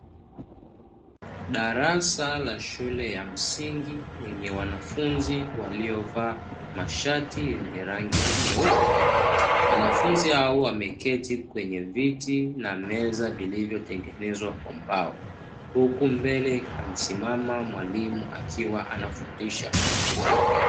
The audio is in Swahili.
Darasa la shule ya msingi, lenye wanafunzi waliovaa mashati yenye rangi nyeupe, wanafunzi hao wameketi kwenye viti na meza vilivyotengenezwa kwa mbao, huku mbele amesimama mwalimu akiwa anafundisha.